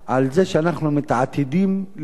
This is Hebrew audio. על זה שאנחנו מתעתדים להיות